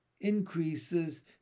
increases